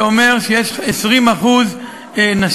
זה אומר שיש 20% נשים.